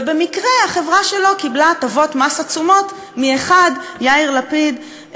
ובמקרה החברה שלו קיבלה הטבות מס עצומות מאחד יאיר לפיד,